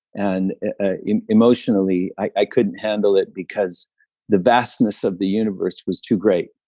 and emotionally i couldn't handle it because the vastness of the universe was too great.